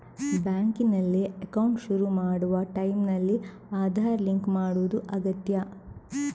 ಬ್ಯಾಂಕಿನಲ್ಲಿ ಅಕೌಂಟ್ ಶುರು ಮಾಡುವ ಟೈಂನಲ್ಲಿ ಆಧಾರ್ ಲಿಂಕ್ ಮಾಡುದು ಅಗತ್ಯ